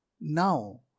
now